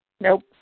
Nope